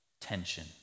tension